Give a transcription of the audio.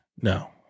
no